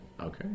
Okay